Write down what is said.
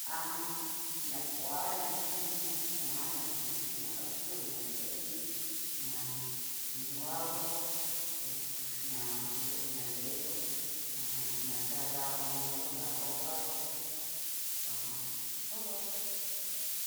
Ajan ña koa, ña kui, ña kuan, ña kuxhíi, ña azul, ña nrei, ña ho o on. morado, ña kuxi ña ho o on nre ña nreiyó, ñajan ña yayaoniyo, ña rosa yo'o, ajan todo eso.